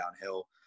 downhill